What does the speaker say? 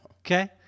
Okay